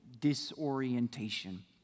disorientation